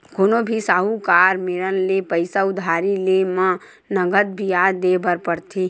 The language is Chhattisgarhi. कोनो भी साहूकार मेरन ले पइसा उधारी लेय म नँगत बियाज देय बर परथे